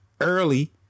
early